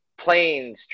planes